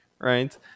right